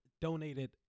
donated